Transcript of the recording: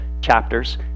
chapters